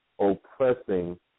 oppressing